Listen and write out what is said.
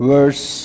Verse